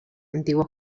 antiguo